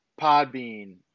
Podbean